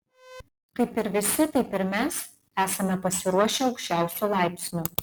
kaip ir visi taip ir mes esame pasiruošę aukščiausiu laipsniu